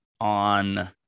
on